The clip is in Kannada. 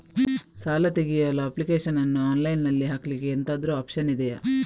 ಸಾಲ ತೆಗಿಯಲು ಅಪ್ಲಿಕೇಶನ್ ಅನ್ನು ಆನ್ಲೈನ್ ಅಲ್ಲಿ ಹಾಕ್ಲಿಕ್ಕೆ ಎಂತಾದ್ರೂ ಒಪ್ಶನ್ ಇದ್ಯಾ?